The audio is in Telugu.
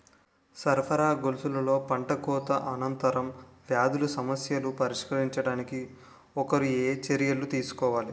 సరఫరా గొలుసులో పంటకోత అనంతర వ్యాధుల సమస్యలను పరిష్కరించడానికి ఒకరు ఏ చర్యలు తీసుకోవాలి?